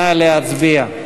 נא להצביע.